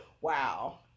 Wow